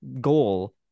goal